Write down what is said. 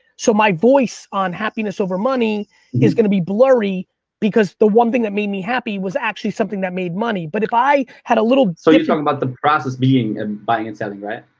so my voice on happiness over money is gonna blurry because the one thing that made me happy was actually something that made money. but if i had a little so you're talking about the process being in buying and selling, right?